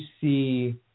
see